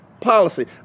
policy